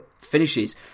finishes